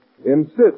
Insist